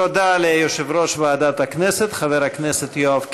תודה ליושב-ראש ועדת הכנסת חבר הכנסת יואב קיש.